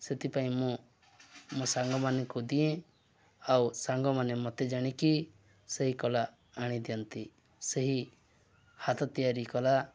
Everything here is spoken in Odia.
ସେଥିପାଇଁ ମୁଁ ମୋ ସାଙ୍ଗମାନଙ୍କୁ ଦିଏ ଆଉ ସାଙ୍ଗମାନେ ମୋତେ ଜାଣିକି ସେହି କଲା ଆଣିଦିଅନ୍ତି ସେହି ହାତ ତିଆରି କଲା